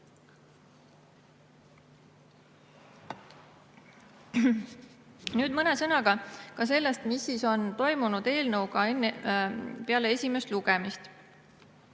Nüüd mõne sõnaga ka sellest, mis on toimunud eelnõuga peale esimest lugemist.